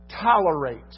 tolerate